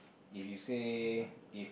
if you say if